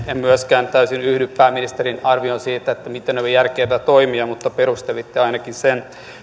en myöskään täysin yhdy pääministerin arvioon siitä miten oli järkevää toimia mutta perustelitte ainakin sen